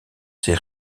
ses